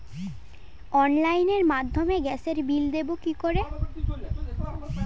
অনলাইনের মাধ্যমে গ্যাসের বিল দেবো কি করে?